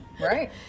right